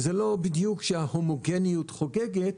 זה לא בדיוק שההומוגניות חוגגת,